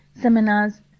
seminars